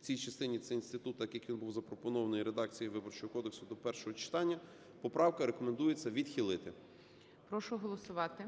в цій частині цей інститут так, як він був запропонований в редакції Виборчого кодексу до першого читання. Поправку рекомендується відхилити. ГОЛОВУЮЧИЙ. Прошу голосувати.